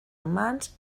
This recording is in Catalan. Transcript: humans